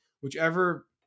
whichever